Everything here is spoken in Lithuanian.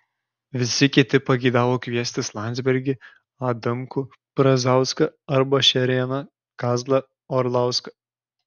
visi kiti pageidavo kviestis landsbergį adamkų brazauską arba šerėną kazlą orlauską